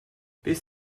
bis